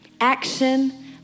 action